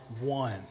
one